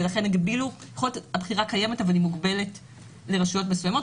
ולכן הבחירה קיימת אבל היא מוגבלת לרשויות מסוימות.